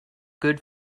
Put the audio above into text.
good